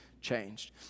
changed